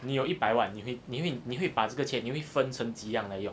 你有一百万你会你会你会把这个钱你会分成几样来用